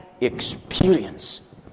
experience